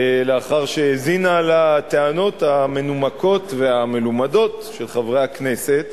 לאחר שהאזינה לטענות המנומקות והמלומדות של חברי הכנסת,